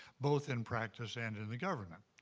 both in practice and in the government.